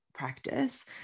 Practice